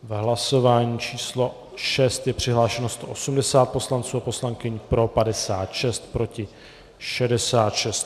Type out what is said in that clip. V hlasování číslo 6 je přihlášeno 180 poslanců a poslankyň, pro 56, proti 66.